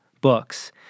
books